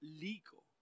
legal